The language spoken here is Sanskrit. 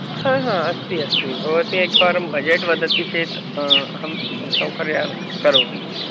हा हा अस्ति अस्ति भवती एकवारं बजेट् वदति चेत् अहं सौकर्यं करोमि